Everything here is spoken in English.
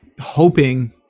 hoping